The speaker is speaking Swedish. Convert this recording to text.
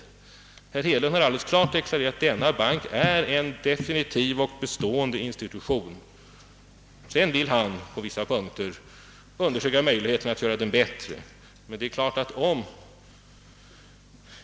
Herr Hedlund har alldeles bestämt deklarerat, att banken är en definitiv och bestående institution. Sedan vill han på vissa punkter undersöka möjligheterna att göra den bättre.